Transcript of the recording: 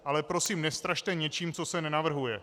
Ale prosím, nestrašte něčím, co se nenavrhuje.